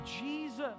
Jesus